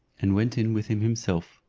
and went in with him himself.